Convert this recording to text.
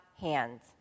hands